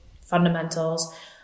fundamentals